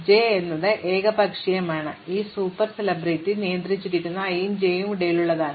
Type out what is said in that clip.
അതിനാൽ ഞാൻ j എന്നത് ഏകപക്ഷീയമാണ് ഈ സൂപ്പർ സെലിബ്രിറ്റി നിയന്ത്രിച്ചിരിക്കുന്ന i നും j നും ഇടയിലുള്ളത് ഇതാണ്